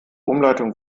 umleitung